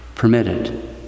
permitted